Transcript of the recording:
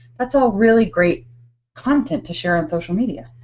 that's all really great content to share in social media.